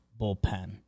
bullpen